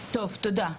אוקיי, תודה.